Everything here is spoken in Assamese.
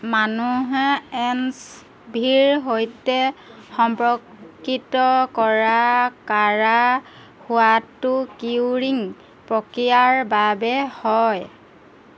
মানুহে এনচ্ভিৰ সৈতে সম্পৰ্কিত কৰা কাৰা সোৱাদটো কিউৰিং পক্ৰিয়াৰ বাবে হয়